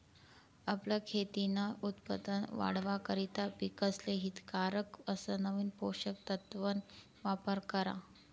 आपलं खेतीन उत्पन वाढावा करता पिकेसले हितकारक अस नवीन पोषक तत्वन वापर करा